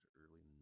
early